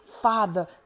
Father